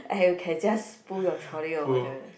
and you can just pull your trolley over there leh